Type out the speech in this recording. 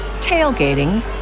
tailgating